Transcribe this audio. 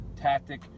tactic